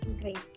Great